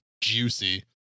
Juicy